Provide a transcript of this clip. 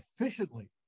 efficiently